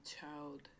child